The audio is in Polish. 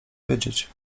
wiedzieć